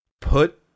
put